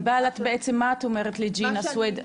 ענבל, את בעצם מה את אומרת לג'ינה סוויד?